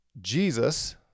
Jesus